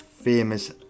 famous